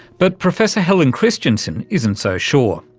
but professor helen christensen isn't so sure.